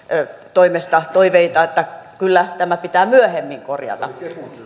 toimesta toiveita että kyllä tämä pitää myöhemmin korjata